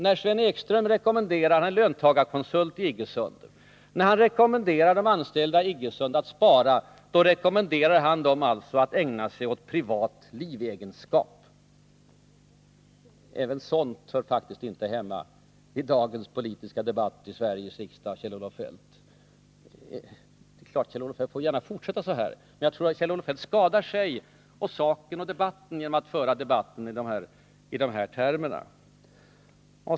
När Sven Ekström som löntagarkonsult vid Iggesund rekommenderar de anställda där att spara, då skulle han alltså rekommendera de anställda att ägna sig åt ”privat livegenskap”. Inte heller sådant hör hemma i dagens politiska debatt i Sveriges riksdag, Kjell-Olof Feldt. Det är klart att Kjell-Olof Feldt gärna får fortsätta så där. Men jag tror att Kjell-Olof Feldt skadar sig, saken och debatten genom att diskutera i sådana termer.